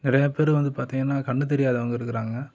நிறையாப்பேர் வந்து பார்த்திங்கன்னா கண் தெரியாதவங்கள் இருக்கிறாங்க